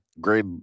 grade